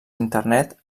internet